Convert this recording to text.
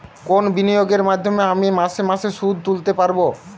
কোন বিনিয়োগের মাধ্যমে আমি মাসে মাসে সুদ তুলতে পারবো?